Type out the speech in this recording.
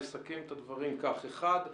לסכם את הדברים כך: אחד,